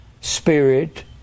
spirit